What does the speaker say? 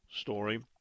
story